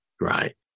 right